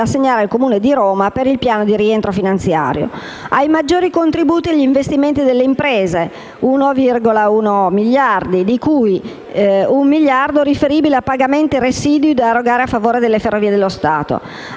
assegnare al Comune di Roma per il piano di rientro finanziario), con i maggiori contributi agli investimenti delle imprese (1,1 miliardi, di cui un miliardo riferibile a pagamenti residui da erogare a favore delle Ferrovie dello Stato);